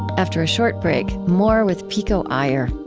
after a short break, more with pico iyer.